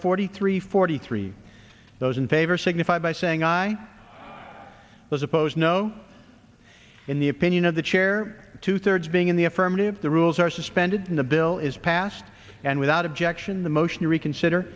forty three forty three those in favor signify by saying i was opposed no in the opinion of the chair two thirds being in the affirmative the rules are suspended the bill is passed and without objection the motion to reconsider